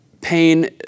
pain